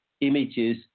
images